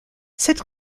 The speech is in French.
cette